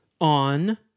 on